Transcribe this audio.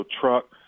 truck